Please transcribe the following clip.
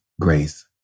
grace